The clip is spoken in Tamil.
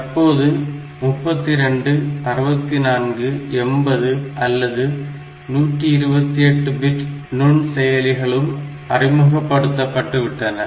தற்போது 32 64 80 அல்லது 128 பிட் நுண்செயலிகளும் அறிமுகப்படுத்தப்பட்டுவிட்டன